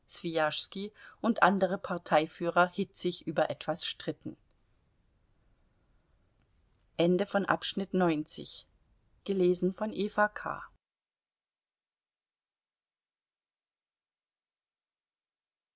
und andere parteiführer hitzig über etwas stritten